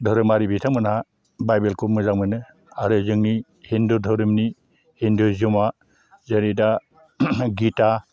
धोरोमारि बिथांमोनहा बाइबेलखौ मोजां मोनो आरो जोंनि हिन्दु धोरोमनि हिन्दुइजिमआ जेरै दा गिता